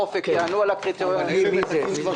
כש"אופק" יענו על הקריטריונים --- הם מחכים כבר